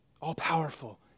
All-powerful